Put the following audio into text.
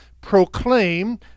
proclaim